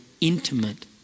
intimate